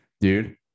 dude